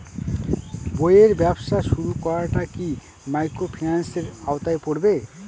বইয়ের ব্যবসা শুরু করাটা কি মাইক্রোফিন্যান্সের আওতায় পড়বে?